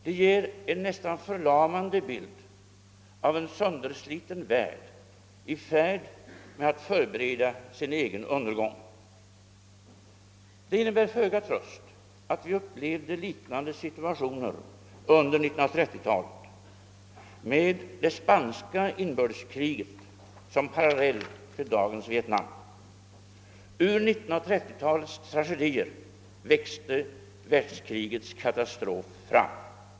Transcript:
De ger en nästan förlamande bild av en söndersliten värld i färd med att förbereda sin egen undergång. Det innebär föga tröst att vi upplevde liknande situationer under 1930 talet med det spanska inbördeskriget som pårallell till dagens Vietnam. Ur 1930-talets tragedier växte världskrigets katastrof fram.